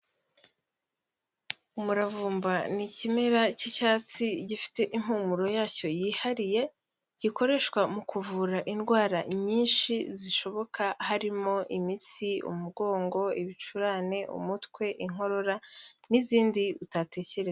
Umuravumba ni ikimera cy'icyatsi gifite impumuro yacyo yihariye, gikoreshwa mu kuvura indwara nyinshi zishoboka harimo imitsi, umugongo, ibicurane, umutwe, inkorora n'izindi utatekereza.